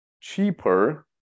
cheaper